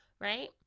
right